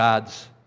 God's